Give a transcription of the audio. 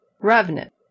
Revenant